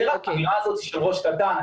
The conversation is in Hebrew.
האמירה הזאת של ראש קטן,